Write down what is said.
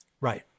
Right